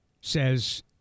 says